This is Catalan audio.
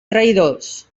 traïdors